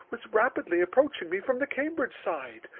was rapidly approaching me from the cambridge side.